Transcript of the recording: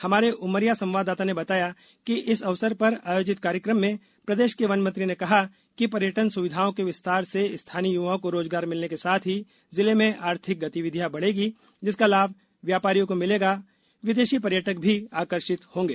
हमारे उमरिया संवाददाता ने बताया कि इस अवसर पर आयोजित कार्यकम में प्रदेश के वन मंत्री ने कहा कि पर्यटन सुविधाओं के विस्तार से स्थानीय युवाओं को रोजगार मिलने के साथ ही जिले में आर्थिक गतिविधियों बढेगी जिसका लाभ व्यापारियों को मिलेगा विदेशी पर्यटक भी आकर्षित होगे